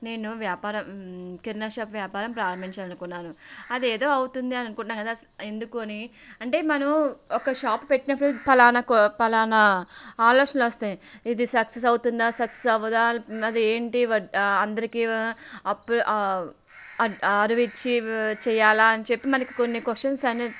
నేను వ్యాపారం కిరాణా షాపు వ్యాపారం ప్రారంభించాలి అనుకున్నాను అది ఏదో అవుతుంది అని అనుకుంటున్నాం కదా ఎందుకు అని అంటే మనం ఒక షాపు పెట్టినప్పుడు ఫలాన కొ ఫలాన ఆలోచనలు వస్తాయి ఇది సక్సెస్ అవుతుందా సక్సెస్ అవ్వదా అది ఏంటి బట్ అందరికి అప్పు అరవిచ్చి చేయాల అని చెప్పి మనకి కొన్ని క్వశన్స్ అనే